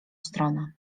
stronę